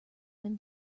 when